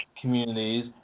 communities